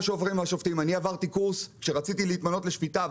שעוברים השופטים כשרציתי להתמנות לשפיטה,